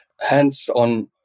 hands-on